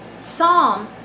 Psalm